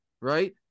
right